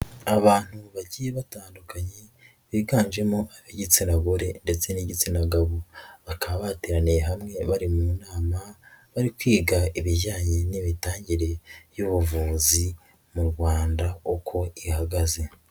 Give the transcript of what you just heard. Abantu bagiye batandukanye biganjemo ab'igitsina gore ndetse n'igitsina gabo, bakaba bateraniye hamwe bari mu nama bari kwiga ibijyanye n'imitangire y'ubuvuzi mu Rwanda uko ihagaze.